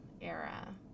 era